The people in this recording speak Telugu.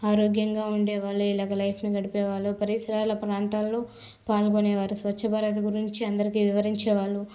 ఆరోగ్యంగా ఉండే వాళ్ళు ఇలాగ లైఫ్ను గడిపే వాళ్ళు పరిసరాల ప్రాంతాల్లో పాల్గొనేవారు స్వచ్ఛభారత్ గురించి అందరికి వివరించే వాళ్ళు